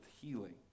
healing